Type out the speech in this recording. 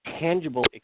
tangible